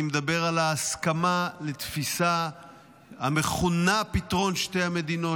אני מדבר על ההסכמה לתפיסה המכונה פתרון שתי המדינות,